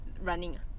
running